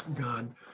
God